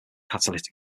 catalytic